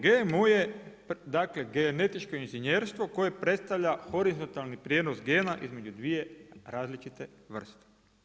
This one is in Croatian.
GMO je dakle, genetičko inženjerstvo koje predstavlja horizontalni prijenos gena između dvije različite vrste.